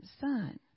Son